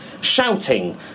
shouting